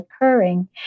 occurring